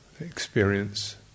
experience